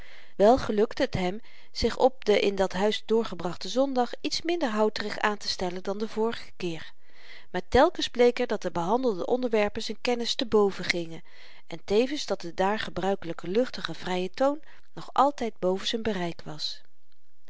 wel gelukte het hem zich op den in dat huis doorgebrachten zondag iets minder houterig aantestellen dan den vorigen keer maar telkens bleek er dat de behandelde onderwerpen z'n kennis teboven gingen en tevens dat de daar gebruikelyke luchtige vrye toon nog altyd boven z'n bereik was